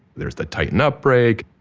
there's the tighten up break,